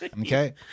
Okay